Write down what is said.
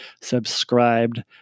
subscribed